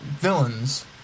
villains